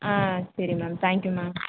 ஆ சரி ma'am thank you ma'am